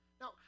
Now